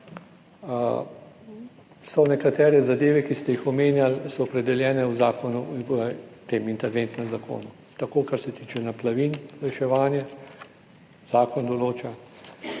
so nekatere zadeve, ki ste jih omenjali, so opredeljene v zakonu in v tem interventnem zakonu, tako kar se tiče naplavin, reševanje, zakon določa